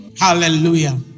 Hallelujah